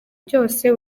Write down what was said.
byose